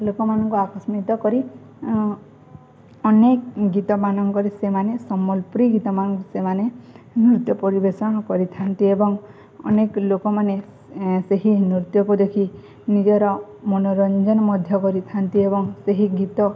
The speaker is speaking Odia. ଲୋକମାନଙ୍କୁ ଆକର୍ଷିତ କରି ଅନେକ ଗୀତମାନଙ୍କରେ ସେମାନେ ସମ୍ବଲପୁରୀ ଗୀତମାନଙ୍କୁ ସେମାନେ ନୃତ୍ୟ ପରିବେଷଣ କରିଥାନ୍ତି ଏବଂ ଅନେକ ଲୋକମାନେ ସେହି ନୃତ୍ୟକୁ ଦେଖି ନିଜର ମନୋରଞ୍ଜନ ମଧ୍ୟ କରିଥାନ୍ତି ଏବଂ ସେହି ଗୀତ